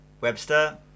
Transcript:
Webster